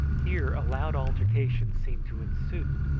here a loud altercation seemed to ensue,